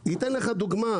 אני אתן לך דוגמה.